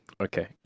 Okay